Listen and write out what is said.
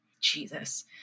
Jesus